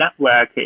networking